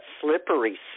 slippery